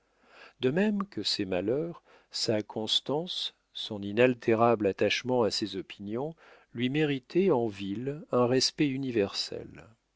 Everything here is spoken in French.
de même que ses malheurs sa constance son inaltérable attachement à ses opinions lui méritaient en ville un respect universel